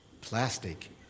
plastic